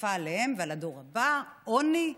שכפה עליהם ועל הדור הבא עוני,